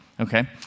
Okay